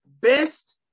best